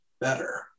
better